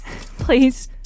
please